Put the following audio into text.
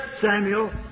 Samuel